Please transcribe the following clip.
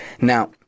Now